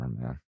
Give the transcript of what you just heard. man